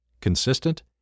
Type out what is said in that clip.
consistent